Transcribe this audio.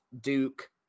Duke